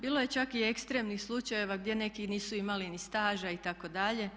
Bilo je čak i ekstremnih slučajeva gdje neki nisu imali ni staža itd.